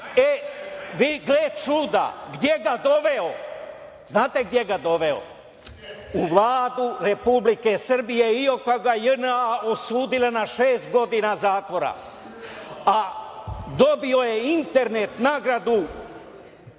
čuda, gde ga je doveo? Znate gde ga je doveo? U Vladu Republike Srbije, iako ga je JNA osudila na šest godina zatvora. Dobio je internet, nagradu